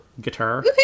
guitar